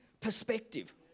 perspective